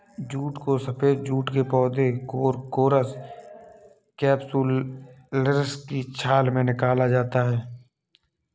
jute को सफेद जूट के पौधे कोरकोरस कैप्सुलरिस की छाल से निकाला जाता है